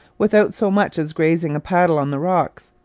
without so much as grazing a paddle on the rocks.